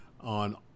on